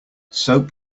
soap